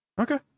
okay